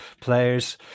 players